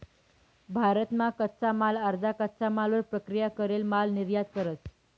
भारत मा कच्चा माल अर्धा कच्चा मालवर प्रक्रिया करेल माल निर्यात करस